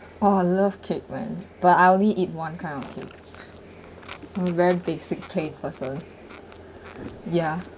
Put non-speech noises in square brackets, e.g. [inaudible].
[laughs] !wah! love cake man but I only eat one kind of cake I'm very basic plain person [breath] ya